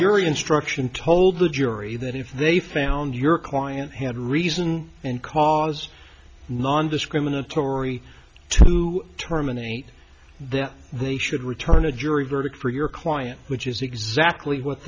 jury instruction told the jury that if they found your client had reason and cause nondiscriminatory to terminate then they should return a jury verdict for your client which is exactly what